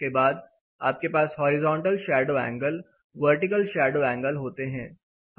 उसके बाद आपके पास horizontal shadow angle vertical shadow angle होते है